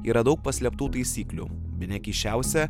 yra daug paslėptų taisyklių bene keisčiausia